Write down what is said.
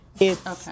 Okay